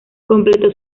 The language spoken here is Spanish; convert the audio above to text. completó